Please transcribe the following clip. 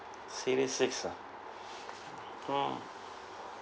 series six ah mm